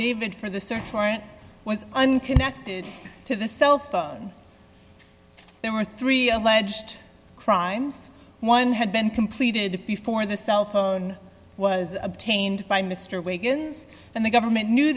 affidavit for the search warrant was unconnected to the cell phone there were three alleged crimes one had been completed before the cell phone was obtained by mr wiggins and the government knew